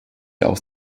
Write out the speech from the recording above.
aus